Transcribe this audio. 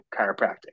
chiropractic